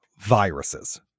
viruses